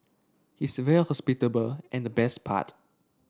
he's very hospitable and the best part